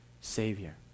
Savior